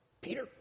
Peter